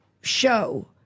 show